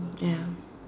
ya